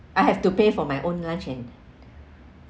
I have to pay for my own luncheon and